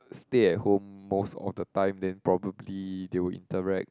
stay at home most of the time then probably they will interact